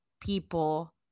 People